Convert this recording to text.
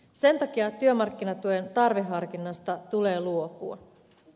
sen takia työmarkkinatuen tarveharkinnasta tulee luopua